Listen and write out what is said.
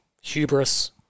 hubris